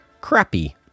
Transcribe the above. crappy